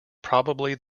probably